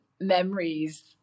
memories